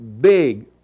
big